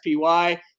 SPY